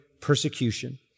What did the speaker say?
persecution